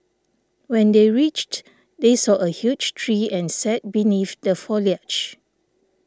when they reached they saw a huge tree and sat beneath the foliage